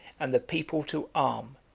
and the people to arm,